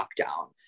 lockdown